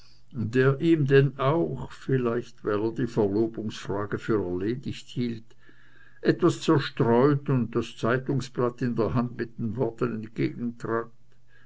der ihm denn auch vielleicht weil er die verlobungsfrage für erledigt hielt etwas zerstreut und das zeitungsblatt in der hand mit den worten